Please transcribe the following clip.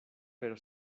pero